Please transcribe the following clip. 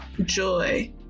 joy